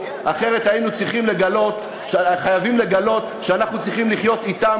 אחרת היינו חייבים לגלות שאנחנו צריכים לחיות אתם